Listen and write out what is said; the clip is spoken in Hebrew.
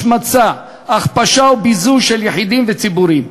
השמצה, הכפשה וביזוי של יחידים וציבורים.